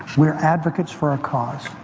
we're advocates for our cause.